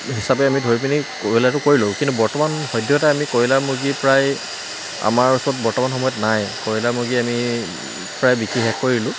হিচাপে আমি ধৰি পিনি কয়লাৰটো কৰিলোঁ কিন্তু বৰ্তমান সদ্যহতে আমি কয়লা মুৰ্গী প্ৰায় আমাৰ ওচৰত বৰ্তমান সময়ত নাই কয়লা মুৰ্গী আমি প্ৰায় বিক্ৰী শেষ কৰিলোঁ